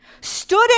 stood